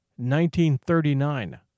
1939